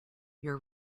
your